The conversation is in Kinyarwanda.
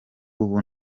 ubu